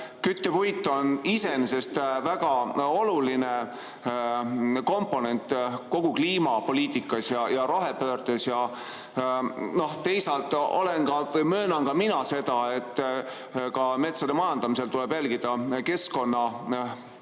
küttepuit on iseenesest väga oluline komponent kogu kliimapoliitikas ja rohepöördes. Teisalt möönan ka mina seda, et metsade majandamisel tuleb järgida keskkonnanõudeid